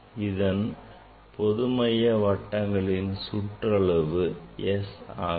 இந்த ஒரு மைய வட்டங்களின் சுற்றளவு S ஆகும்